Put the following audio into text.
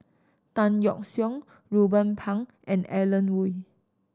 Tan Yeok Seong Ruben Pang and Alan Oei